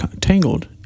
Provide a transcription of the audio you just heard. tangled